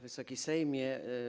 Wysoki Sejmie!